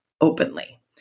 openly